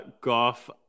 golf